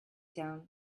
down